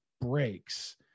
breaks